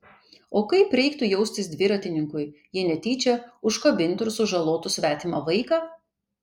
o kaip reiktų jaustis dviratininkui jei netyčia užkabintų ir sužalotų svetimą vaiką